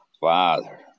Father